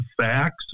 facts